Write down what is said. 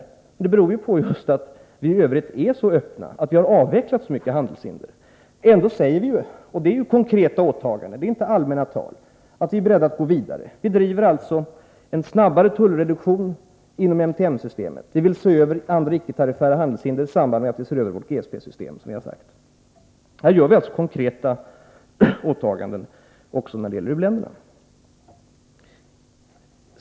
Detta läge beror just på att vi i övrigt är så öppna och har avvecklat så mycket av handelshinder. Ändå säger vi — och det är ett konkret åtagande, inte något allmänt tal — att vi är beredda att gå vidare. Vi driver därför frågan om en snabbare tullreduktion inom MTN-systemet, och vi vill, som jag har sagt, se över andra icke tariffära handelshinder i samband med att vi ser över vårt GSP-system. Vi gör här alltså konkreta åtaganden också när det gäller u-länderna.